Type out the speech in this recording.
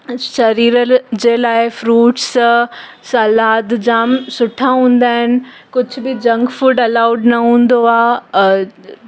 शरीर जे लाइ फ्रुट्स सलाद जामु सुठा हुंदा आहिनि कुझु बि जंकफूड अलाउड न हूंदो आहे